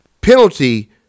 penalty